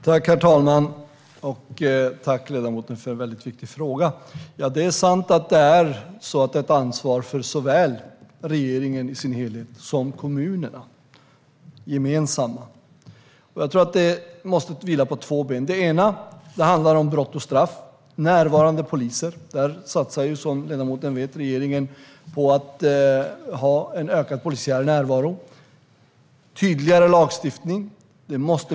Herr talman! Tack, ledamoten, för en mycket viktig fråga! Det är sant att det är ett ansvar såväl för regeringen i sin helhet som för kommunerna gemensamt. Jag tror att det här måste vila på två ben. Det ena benet är brott och straff. Närvarande poliser behövs, och där satsar, som ledamoten vet, regeringen på att ha en ökad polisiär närvaro. Tydligare lagstiftning behövs också.